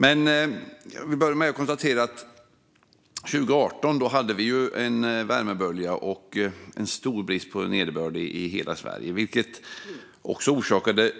Jag vill börja med att konstatera att vi 2018 hade en värmebölja och en stor brist på nederbörd i hela Sverige, vilket också orsakade